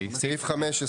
הסעיף אושר.